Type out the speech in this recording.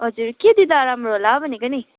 हजुर के दिँदा राम्रो होला भनेको नि